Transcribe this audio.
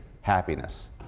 happiness